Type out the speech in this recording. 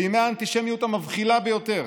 בימי האנטישמיות המבחילה ביותר,